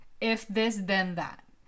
If-this-then-that